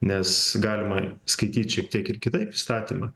nes galima skaityt šiek tiek ir kitaip įstatymą